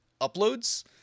uploads